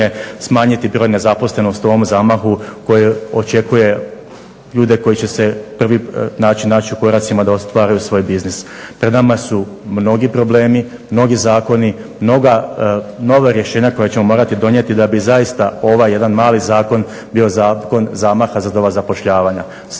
smanjiti broj nezaposlenosti u ovom zamahu koji očekuje ljude koji će se prvi naći u koracima da ostvaruju svoj biznis. Pred nama su mnogi problemi, mnogi zakoni, mnoga nova rješenja koja ćemo morati donijeti da bi zaista ovaj jedan mali zakon bio zakon zamaha za nova zapošljavanja.